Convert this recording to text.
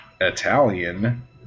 Italian